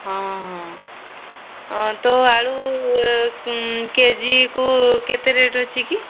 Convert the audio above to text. ହଁ ହଁ ତ ଆଳୁ କେଜିକୁ କେତେ ରେଟ୍ ଅଛି କି